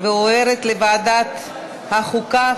לוועדת החוקה,